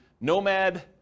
nomad